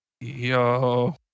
Yo